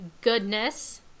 goodness